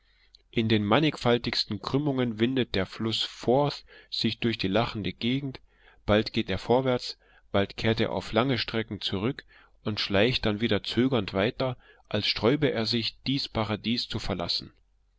in den mannigfaltigsten krümmungen windet der fluß forth sich durch die lachende gegend bald geht er vorwärts bald kehrt er auf lange strecken zurück und schleicht dann wieder zögernd weiter als sträube er sich dies paradies zu verlassen